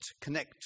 connect